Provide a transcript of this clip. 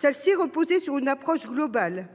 Celle-ci reposer sur une approche globale